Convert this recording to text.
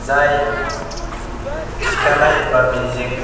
जाय थिखानाय एबा मिजिं